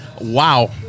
Wow